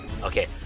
Okay